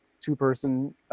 two-person